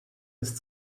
ist